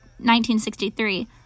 1963